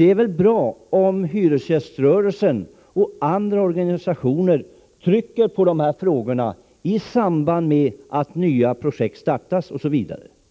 Det är väl bra om hyresgäströrelsen, och andra organisationer, trycker på detta krav i samband med att nya projekt startas.